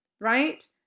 right